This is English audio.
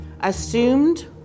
assumed